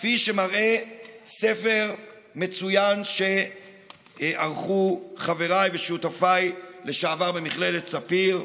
כפי שמראה ספר מצוין שערכו חבריי ושותפיי לשעבר במכללת ספיר,